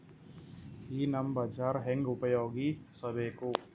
ಈ ನಮ್ ಬಜಾರ ಹೆಂಗ ಉಪಯೋಗಿಸಬೇಕು?